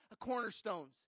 cornerstones